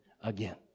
again